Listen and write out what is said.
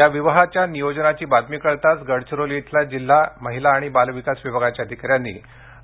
या विवाहाच्या नियोजनाची बातमी कळताच गडचिरोली येथील जिल्हा महिला आणि बालविकास विभागाच्या अधिकाऱ्यांनी